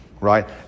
Right